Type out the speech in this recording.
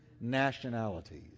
nationalities